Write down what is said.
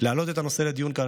להעלות את הנושא לדיון כאן,